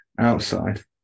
outside